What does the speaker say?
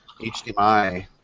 HDMI